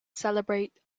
celebrate